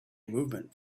movement